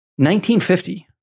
1950